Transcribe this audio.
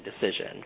decision